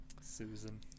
susan